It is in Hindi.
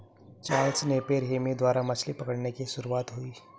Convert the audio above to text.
चार्ल्स नेपियर हेमी द्वारा मछली पकड़ने की शुरुआत हुई